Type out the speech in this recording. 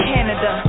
Canada